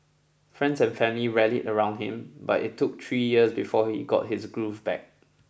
friends and family rallied around him but it took three years before he got his groove back